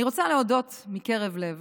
אני רוצה להודות מקרב לב